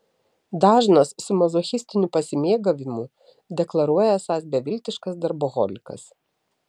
dažnas su mazochistiniu pasimėgavimu deklaruoja esąs beviltiškas darboholikas